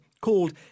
called